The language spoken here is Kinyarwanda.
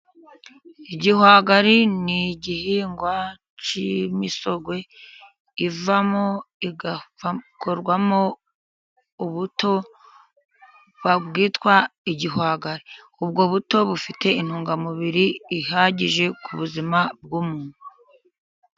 Igihwagari ni igihingwa cy'imisogwe ivamo igakorwamo ubuto, bwitwa igihwagari, ubwo buto bufite intungamubiri ihagije ku buzima bw'umuntu.